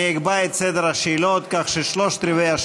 אקבע את סדר השאלות כך ששלושה רבעים